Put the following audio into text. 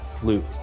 flute